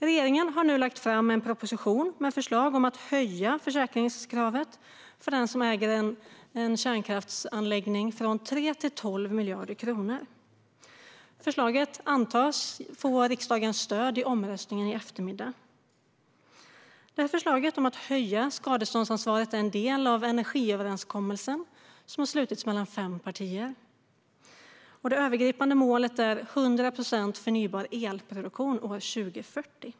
Regeringen har nu lagt fram en proposition med ett förslag om att höja försäkringskravet för den som äger en kärnkraftsanläggning från 3 till 12 miljarder kronor. Förslaget antas få riksdagens stöd i omröstningen i eftermiddag. Förslaget om att höja skadeståndsansvaret är en del av den energiöverenskommelse som har slutits mellan fem partier. Det övergripande målet är 100 procent förnybar elproduktion år 2040.